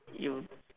you